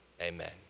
amen